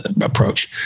approach